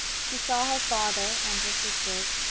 she saw her father and her sisters,